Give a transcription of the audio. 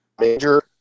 major –